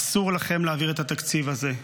אסור לכם להעביר את התקציב הזה.